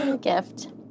gift